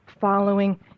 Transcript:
following